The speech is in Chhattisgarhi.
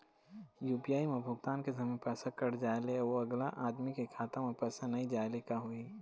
यू.पी.आई म भुगतान के समय पैसा कट जाय ले, अउ अगला आदमी के खाता म पैसा नई जाय ले का होही?